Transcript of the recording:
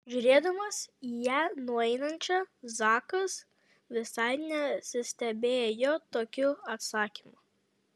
žiūrėdamas į ją nueinančią zakas visai nesistebėjo tokiu atsakymu